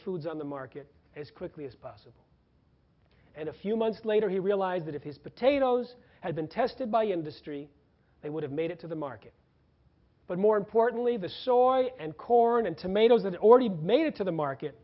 foods on the market as quickly as possible and a few months later he realized that if his potatoes had been tested by industry they would have made it to the market but more importantly the soil and corn and tomatoes that already made it to the market